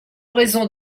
raison